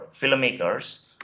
filmmakers